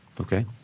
Okay